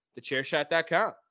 TheChairShot.com